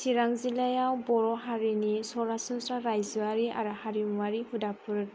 चिरां जिल्लायाव बर' हारिनि सरासनस्रा रायजोआरि आरो हारिमुआरि हुदाफोरनि